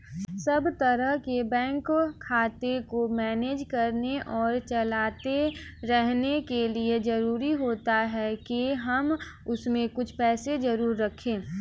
सब तरह के बैंक खाते को मैनेज करने और चलाते रहने के लिए जरुरी होता है के हम उसमें कुछ पैसे जरूर रखे